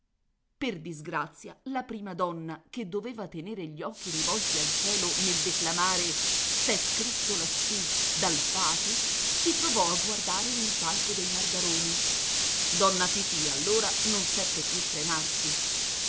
per disgrazia la prima donna che doveva tenere gli occhi rivolti al cielo nel declamare s'è scritto lassù dal fato si trovò a guardare nel palco dei margarone donna fifì allora non seppe più frenarsi già